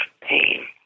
pain